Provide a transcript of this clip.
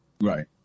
Right